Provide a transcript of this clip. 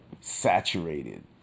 saturated